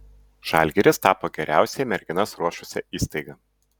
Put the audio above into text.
žalgiris tapo geriausiai merginas ruošusia įstaiga